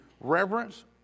reverence